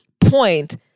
point